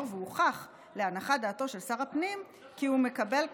והוכח להנחת דעתו של שר הפנים כי הוא מקבל כספים,